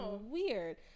weird